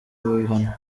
bihano